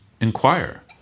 inquire